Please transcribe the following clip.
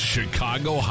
Chicago